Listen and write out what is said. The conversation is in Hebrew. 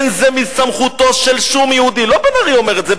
אין זה מסמכותו של שום יהודי" לא בן-ארי אומר את זה,